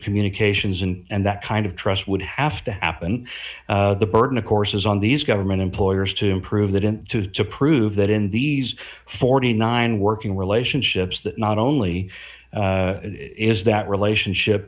communications and that kind of trust would have to happen the burden of course is on these government employees to improve that and to to prove that in these forty nine working relationships that not only is that relationship